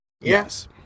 Yes